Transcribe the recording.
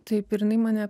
taip ir jinai mane